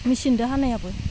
मेचिनदो हानायाबो